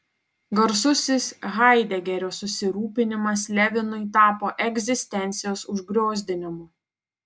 garsusis haidegerio susirūpinimas levinui tapo egzistencijos užgriozdinimu